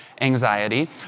anxiety